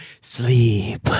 sleep